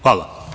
Hvala.